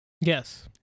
Yes